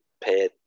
pay